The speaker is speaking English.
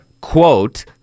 quote